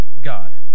God